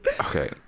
Okay